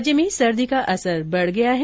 राज्य में सर्दी का असर बढ़ गया है